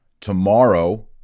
tomorrow